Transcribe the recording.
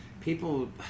People